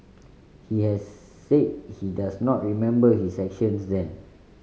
he had said he does not remember his actions then